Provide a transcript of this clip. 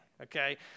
okay